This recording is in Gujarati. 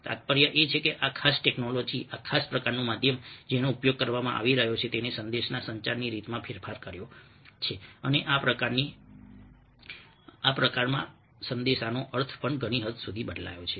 તાત્પર્ય એ છે કે આ ખાસ ટેક્નોલોજી આ ખાસ પ્રકારનું માધ્યમ જેનો ઉપયોગ કરવામાં આવી રહ્યો છે તેણે સંદેશના સંચારની રીતમાં ફેરફાર કર્યો છે અને આ પ્રક્રિયામાં સંદેશનો અર્થ પણ ઘણી હદ સુધી બદલાયો છે